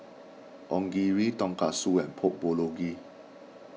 Onigiri Tonkatsu and Pork Bulgogi